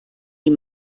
die